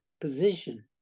position